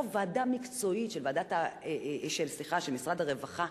או ועדה מקצועית של משרד הרווחה,